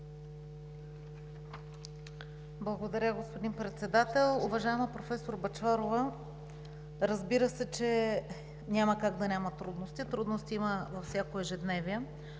Благодаря Ви, господин Председател. Уважаема професор Бъчварова, разбира се, че няма как да няма трудности – трудности има във всяко ежедневие,